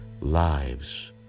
lives